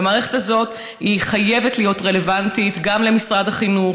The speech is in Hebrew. המערכת הזאת חייבת להיות רלוונטית גם למשרד החינוך,